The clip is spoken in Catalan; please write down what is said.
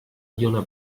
lluna